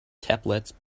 tablets